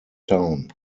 town